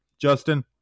Justin